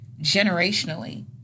generationally